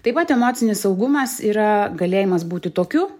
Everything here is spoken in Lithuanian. taip pat emocinis saugumas yra galėjimas būti tokiu